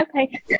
Okay